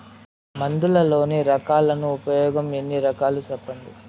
మందులలోని రకాలను ఉపయోగం ఎన్ని రకాలు? సెప్పండి?